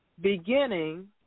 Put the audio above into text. beginning